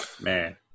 Man